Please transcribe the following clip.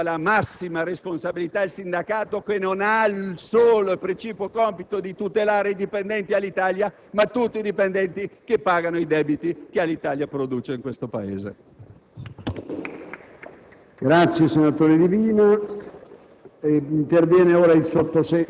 altri senatori e vorremmo anche rincarare la dose, richiamando alla massima responsabilità il sindacato, che non ha il solo e precipuo compito di tutelare i dipendenti Alitalia, ma tutti i dipendenti che pagano i debiti che Alitalia produce in questo Paese.